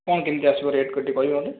କ'ଣ କେମିତି ଆସିବ ରେଟ ଟିକେ କହିବେ ମୋତେ